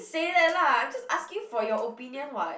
say that lah I'm just asking for your opinion [what]